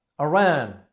Iran